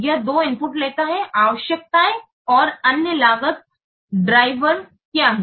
यह दो इनपुट लेता है आवश्यकताएं और अन्य लागत ड्राइवर क्या हैं